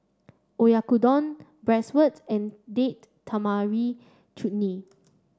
Oyakodon Bratwurst and Date Tamarind Chutney